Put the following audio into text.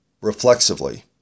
reflexively